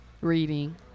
Reading